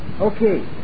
okay